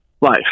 life